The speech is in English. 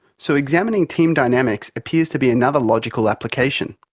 so examining team dynamics appears to be another logical application.